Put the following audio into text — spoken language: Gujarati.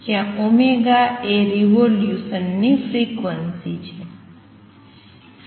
જ્યાં ω એ રિવોલ્યુસન ની ફ્રિક્વન્સી છે